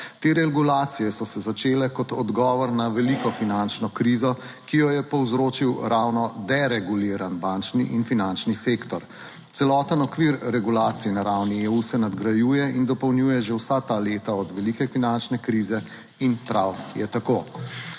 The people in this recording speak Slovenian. Te regulacije so se začele kot odgovor na veliko finančno krizo, ki jo je povzročil ravno dereguliran bančni in finančni sektor. Celoten okvir regulacije na ravni EU se nadgrajuje in dopolnjuje že vsa ta leta od velike finančne krize in prav je tako.